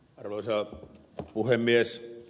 arvoisa puhemies